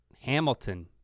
Hamilton